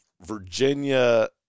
Virginia